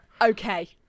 Okay